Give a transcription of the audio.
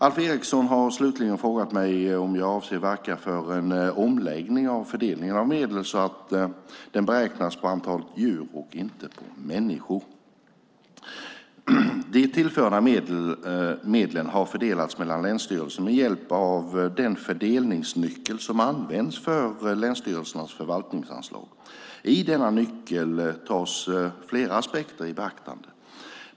Alf Eriksson har slutligen frågat mig om jag avser att verka för en omläggning av fördelningen av medel så att den beräknas på antalet djur och inte på människor. De tillförda medlen har fördelats mellan länsstyrelserna med hjälp av den fördelningsnyckel som används för länsstyrelsernas förvaltningsanslag. I denna nyckel tas flera aspekter i beaktande.